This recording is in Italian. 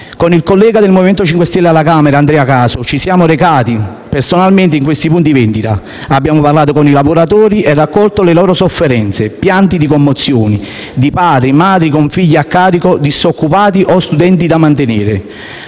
Con il collega del Movimento 5 Stelle alla Camera, Andrea Caso, ci siamo recati personalmente in questi punti vendita; abbiamo parlato con i lavoratori e raccolto le loro sofferenze: pianti di commozione di padri e madri con figli a carico disoccupati o studenti da mantenere.